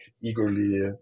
eagerly